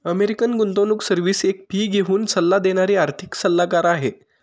American गुंतवणूक service एक fee घेऊन सल्ला देणारी आर्थिक सल्लागार आहे